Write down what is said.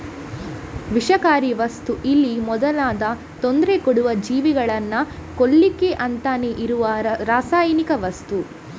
ವಿಷಕಾರಿ ವಸ್ತು ಇಲಿ ಮೊದಲಾದ ತೊಂದ್ರೆ ಕೊಡುವ ಜೀವಿಗಳನ್ನ ಕೊಲ್ಲಿಕ್ಕೆ ಅಂತಲೇ ಇರುವ ರಾಸಾಯನಿಕ ವಸ್ತು